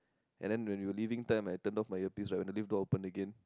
and then when the leaving time I turn off my earpieces right the lift door open again